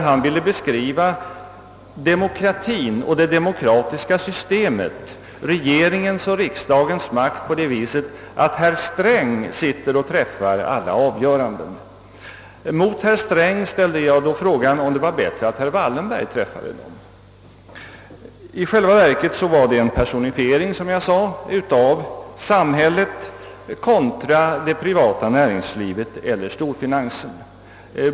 Han beskrev då demokratien och det demokratiska systemet, regeringens och riksdagens makt, på det sättet att det var herr Sträng som träffade alla avgöranden. Jag ställde då frågan om det vore bättre att herr Wallenberg träffade dem. I själva verket var detta, som jag sade, en personifiering av samhället kontra det privata näringslivet eller storfinansen.